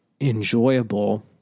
enjoyable